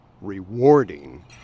rewarding